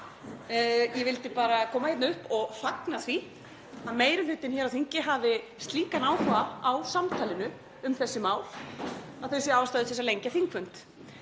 Ég vildi bara koma hingað upp og fagna því að meiri hlutinn hér á þingi hafi slíkan áhuga á samtalinu um þessi mál að hann sjái ástæðu til að lengja þingfund.